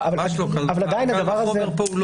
ממש לא, הקל וחומר פה הוא לא מן העניין.